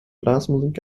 blasmusik